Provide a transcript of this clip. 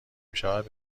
میشود